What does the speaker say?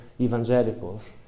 evangelicals